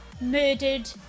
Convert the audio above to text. murdered